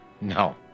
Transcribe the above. No